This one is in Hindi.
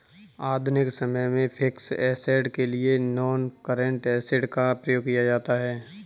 आधुनिक समय में फिक्स्ड ऐसेट के लिए नॉनकरेंट एसिड का प्रयोग किया जाता है